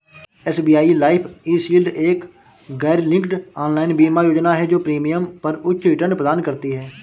SBI life e shield एक गैरलिंक्ड online बीमा योजना है जो प्रीमियम पर उच्च रिटर्न प्रदान करती है